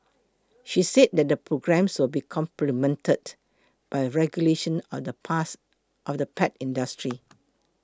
she said that the programme will be complemented by regulation of the past of the pet industry